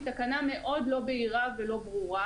היא תקנה מאוד לא בהירה ולא ברורה,